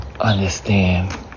understand